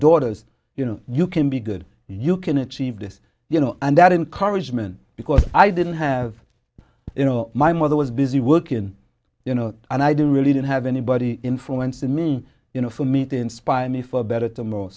daughters you know you can be good you can achieve this you know and that encouragement because i didn't have you know my mother was busy working you know and i didn't really didn't have anybody influence in me you know for me to inspire me for better